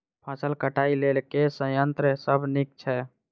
फसल कटाई लेल केँ संयंत्र सब नीक छै?